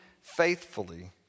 faithfully